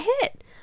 hit